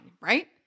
right